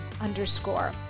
underscore